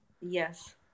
Yes